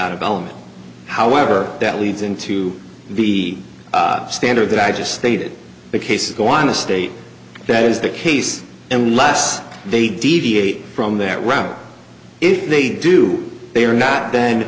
out of element however that leads into the standard that i just stated the case is going to state that is the case unless they deviate from that route if they do they are not then